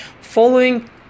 following